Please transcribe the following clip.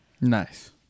Nice